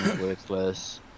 worthless